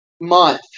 month